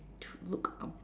look up